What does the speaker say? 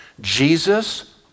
Jesus